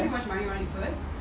buy more expensive one lah